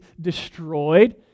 destroyed